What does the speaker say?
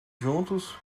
juntos